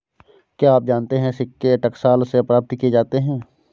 क्या आप जानते है सिक्के टकसाल से प्राप्त किए जाते हैं